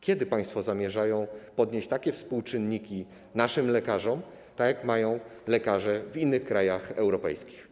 Kiedy państwo zamierzają podnieść współczynniki naszym lekarzom do poziomu, jaki mają lekarze w innych krajach europejskich?